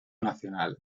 nacional